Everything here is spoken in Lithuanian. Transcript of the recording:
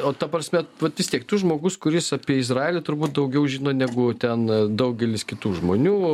o ta prasme vat vistiek tu žmogus kuris apie izraelį turbūt daugiau žino negu ten daugelis kitų žmonių